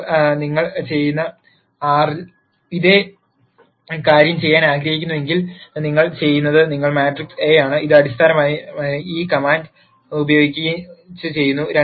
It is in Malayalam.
ഇപ്പോൾ നിങ്ങൾ ചെയ്യുന്ന R ൽ ഇതേ കാര്യം ചെയ്യാൻ ആഗ്രഹിക്കുന്നുവെങ്കിൽ നിങ്ങൾ ചെയ്യുന്നത് നിങ്ങൾ മാട്രിക്സ് എ ആണ് ഇത് അടിസ്ഥാനപരമായി ഈ കമാൻഡ് ഉപയോഗിച്ച് ചെയ്യുന്നു